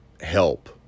help